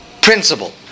principle